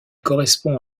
correspond